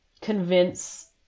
convince